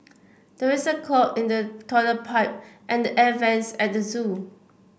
there is a clog in the toilet pipe and the air vents at the zoo